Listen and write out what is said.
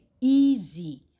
easy